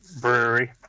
brewery